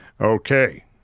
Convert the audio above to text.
Okay